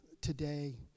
today